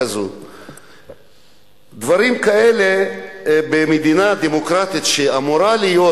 דברים כאלה, במדינה דמוקרטית, שאמורה להיות,